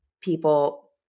People